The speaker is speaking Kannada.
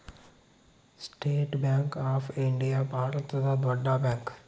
ಸ್ಟೇಟ್ ಬ್ಯಾಂಕ್ ಆಫ್ ಇಂಡಿಯಾ ಭಾರತದ ದೊಡ್ಡ ಬ್ಯಾಂಕ್